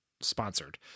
sponsored